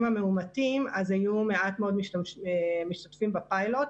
המאומתים אז היו מעט מאוד משתתפים בפיילוט,